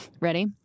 Ready